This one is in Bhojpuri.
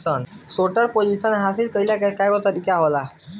शोर्ट पोजीशन हासिल कईला के कईगो तरीका होला